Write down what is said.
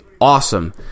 awesome